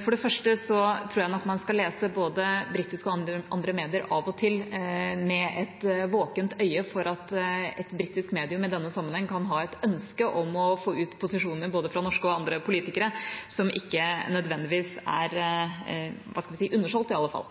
For det første tror jeg nok man av og til skal lese både britiske og andre medier med et våkent øye for at et britisk medium i denne sammenheng kan ha et ønske om å få ut posisjoner både fra norske og andre politikere som ikke nødvendigvis er – hva skal vi si – undersolgt i alle fall.